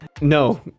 No